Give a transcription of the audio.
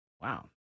wow